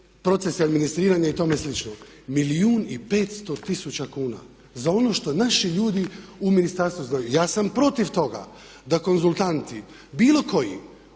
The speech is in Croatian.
proces administriranja i tome slično. Milijun i 500 tisuća kuna! Za ono što naši ljudi u ministarstvu rade. Ja sam protiv toga da konzultanti bilo koji,